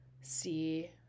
see